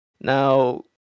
Now